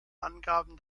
angaben